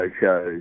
shows